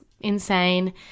insane